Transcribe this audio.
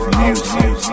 music